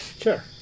Sure